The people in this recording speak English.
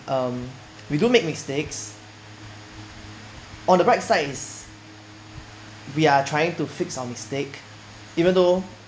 um we do make mistakes on the bright side is we are trying to fix our mistake even though